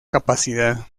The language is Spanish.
capacidad